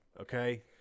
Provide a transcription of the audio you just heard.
Okay